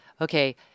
okay